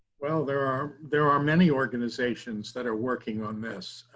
well, there are there are many organizations that are working on this.